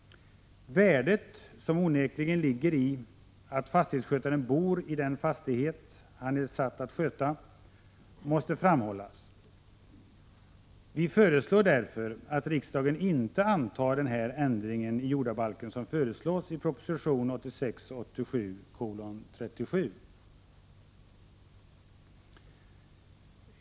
Värdet, som onekligen ligger i att fastighetsskötaren bor i den fastighet han är satt att sköta, måste framhållas. Vi föreslår därför att riksdagen inte antar den ändring i jordabalken som föreslås i proposition 1986/87:37.